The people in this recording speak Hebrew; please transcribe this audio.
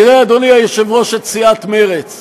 תראה, אדוני היושב-ראש, את סיעת מרצ,